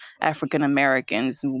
African-Americans